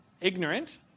ignorant